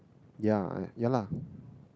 ya ya lah